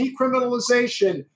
decriminalization